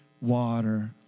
water